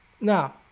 now